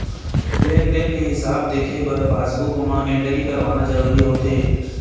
लेन देन के हिसाब देखे बर पासबूक म एंटरी करवाना जरूरी होथे